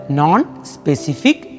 non-specific